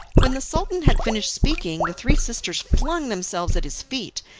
when the sultan had finished speaking the three sisters flung themselves at his feet,